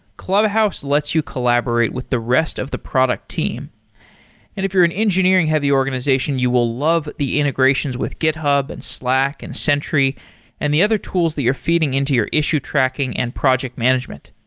clubhouse lets you collaborate with the rest of the product team if you're an engineering-heavy organization, you will love the integrations with github and slack and sentry and the other tools that you're feeding into your issue tracking and project management.